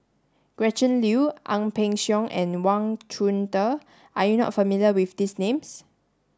Gretchen Liu Ang Peng Siong and Wang Chunde Are you not familiar with these names